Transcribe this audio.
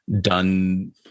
done